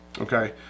okay